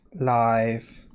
live